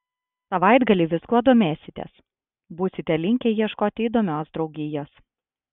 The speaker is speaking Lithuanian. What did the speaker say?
savaitgalį viskuo domėsitės būsite linkę ieškoti įdomios draugijos